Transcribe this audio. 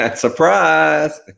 Surprise